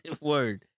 Word